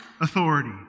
authority